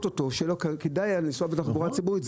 אותו שיהיה לו כדאי לנסוע בתחבורה הציבורית.